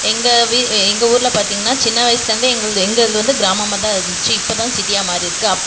எங்கள் எங்கள் ஊரில் பார்த்தீங்கனா சின்ன வயசுலேருந்தே எங்களுது எங்களுது வந்து கிராமமாக தான் இருந்துச்சு இப்போ தான் சிட்டியாக மாறியிருக்கு